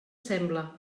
sembla